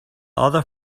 other